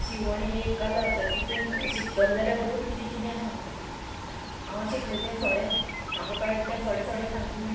शिवणी एक कला आसा तितून शिकतले जाल्यार खूब किदें किदें आहा हांव शिकलें तें थोडें म्हाका कळटा तें थोडें थोडें सांगता तुमकां